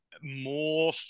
more